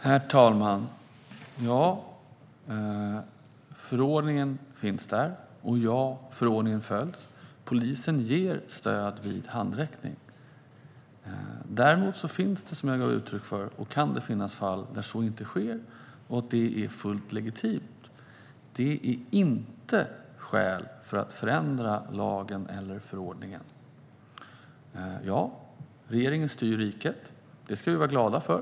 Herr talman! Förordningen finns och den följs. Polisen ger stöd vid handräckning. Som jag sa tidigare kan det finnas fall där så inte sker, och det är fullt legitimt. Det är inte skäl för att förändra lagen eller förordningen. Ja, regeringen styr riket. Det ska vi vara glada för.